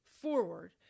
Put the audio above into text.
forward